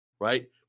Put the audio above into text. right